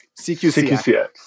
CQCX